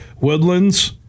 woodlands